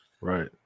right